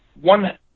one